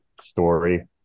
story